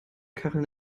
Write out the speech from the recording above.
kacheln